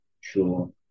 sure